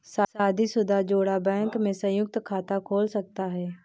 शादीशुदा जोड़ा बैंक में संयुक्त खाता खोल सकता है